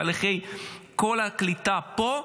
את כל תהליכי הקליטה פה,